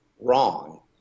wrong